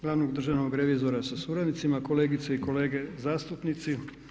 glavnog državnog revizora sa suradnicima, kolegice i kolege zastupnici.